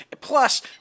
Plus